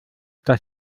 das